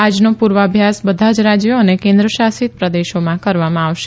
આજનો પુર્વાભ્યાસ બધા જ રાજ્યો અને કેન્દ્રશાસિત પ્રદેશોમાં કરવામાં આવશે